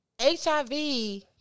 HIV